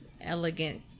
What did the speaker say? elegant